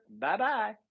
Bye-bye